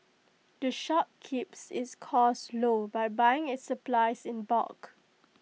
the shop keeps its cost low by buying its supplies in bulk